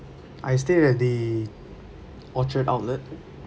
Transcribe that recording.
I stayed at the orchard outlet